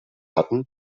hatten